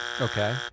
okay